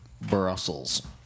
Brussels